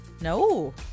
No